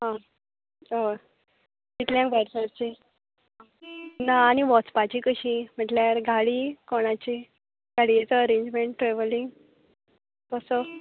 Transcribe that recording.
आं हय कितल्यांक भायर सरची ना आनी वचपाचीं कशीं म्हटल्यार गाडी कोणाची गाडयेचो अरेंजमेण्ट ट्रॅवलींग कसो